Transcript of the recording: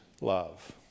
love